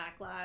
backlash